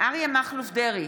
אריה מכלוף דרעי,